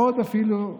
אפילו מאוד,